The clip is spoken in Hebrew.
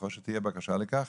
ככל שתהיה בקשה לכך,